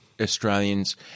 Australians